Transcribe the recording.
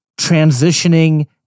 transitioning